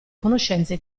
conoscenze